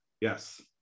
Yes